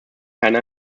keine